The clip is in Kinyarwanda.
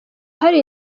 hari